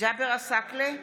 ג'אבר עסאקלה,